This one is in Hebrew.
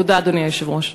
תודה, אדוני היושב-ראש.